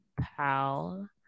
pal